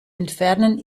entfernen